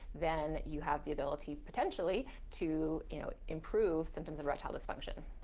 then you have the ability potentially to improve symptoms of erectile dysfunction